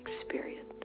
experience